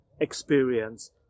experience